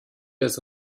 des